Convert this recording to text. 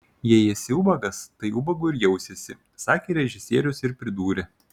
jei esi ubagas tai ubagu ir jausiesi sakė režisierius ir pridūrė